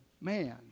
man